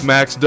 Max